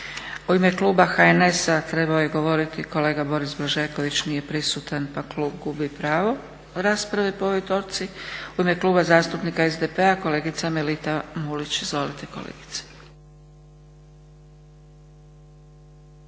U ime kluba HNS-a trebao je govoriti kolega Boris Blažeković, nije prisutan pa klub gubi pravo rasprave po ovoj točci. U ime Kluba zastupnika SDP-a kolegica Melita Mulić. Izvolite kolegice.